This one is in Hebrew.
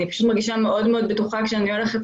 אני פשוט מרגישה מאוד בטוחה כשאני הולכת